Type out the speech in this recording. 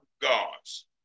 God's